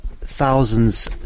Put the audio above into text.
thousands